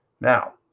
Now